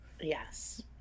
Yes